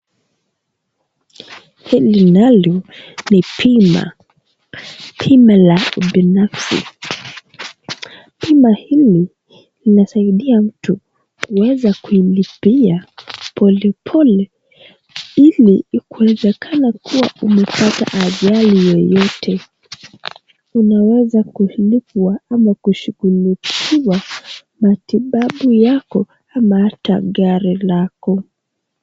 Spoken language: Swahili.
Hili nalo ni bima, bima la kibinafsi. Bima hili linasaidia mtu. Unaweza kuilipia polepole ili ikiwezekana kuwa umepata ajali yoyote, unaweza kulipwa ama kushughulikiwa matibabu yako ama hata gari lako.